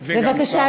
בבקשה,